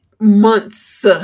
months